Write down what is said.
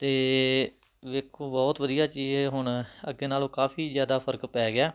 ਅਤੇ ਵੇਖੋ ਬਹੁਤ ਵਧੀਆ ਚੀਜ਼ ਹੁਣ ਅੱਗੇ ਨਾਲੋਂ ਕਾਫ਼ੀ ਜ਼ਿਆਦਾ ਫ਼ਰਕ ਪੈ ਗਿਆ